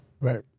Right